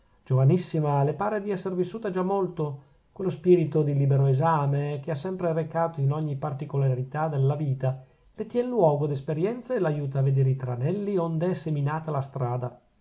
giovanissima le pare di esser vissuta già molto quello spirito di libero esame che ha sempre recato in ogni particolarità della vita le tien luogo d'esperienza e l'aiuta a vedere i tranelli ond'è seminata la strada